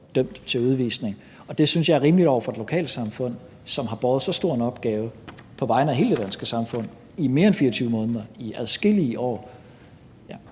dømt til udvisning. Det synes jeg er rimeligt over for et lokalsamfund, som har båret så stor en opgave på vegne af hele det danske samfund i mere end 24 måneder, i adskillige år.